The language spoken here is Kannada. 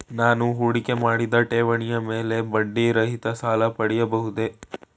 ನಾನು ಹೂಡಿಕೆ ಮಾಡಿದ ಠೇವಣಿಯ ಮೇಲೆ ಬಡ್ಡಿ ರಹಿತ ಸಾಲ ಪಡೆಯಬಹುದೇ?